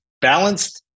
balanced